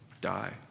die